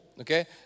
okay